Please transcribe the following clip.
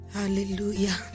Hallelujah